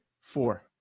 Four